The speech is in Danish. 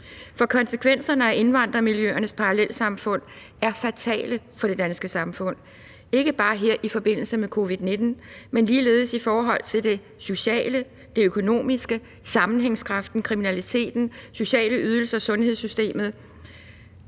Konsekvenserne af indvandrermiljøernes parallelsamfund er fatale for det danske samfund, ikke bare her i forbindelse med covid-19, men ligeledes i forhold til det sociale, det økonomiske, sammenhængskraften, kriminaliteten, sociale ydelser, sundhedssystemet,